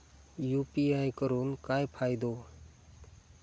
UPI करून काय फायदो?